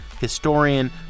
historian